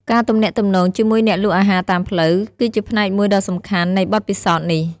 ការទំនាក់ទំនងជាមួយអ្នកលក់អាហារតាមផ្លូវ គឺជាផ្នែកមួយដ៏សំខាន់នៃបទពិសោធន៍នេះ។